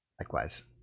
Likewise